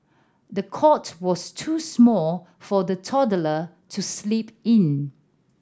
the cot was too small for the toddler to sleep in